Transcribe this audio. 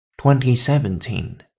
2017